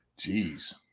Jeez